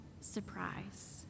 surprise